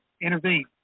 intervene